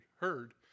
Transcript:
heard